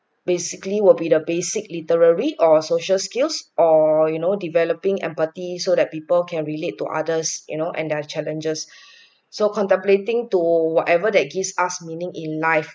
basically will be the basic literary or social skills or you know developing empathy so that people can relate to others you know and have challenges so contemplating to whatever that gives us meaning in life